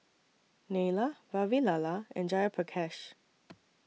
Neila Vavilala and Jayaprakash